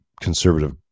conservative